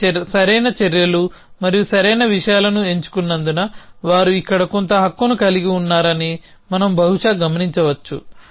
కొన్ని సరైన చర్యలు మరియు సరైన విషయాలను ఎంచుకున్నందున వారు ఇక్కడ కొంత హక్కును కలిగి ఉన్నారని మనం బహుశా గమనించవచ్చు